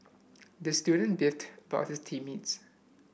the student beefed about his team mates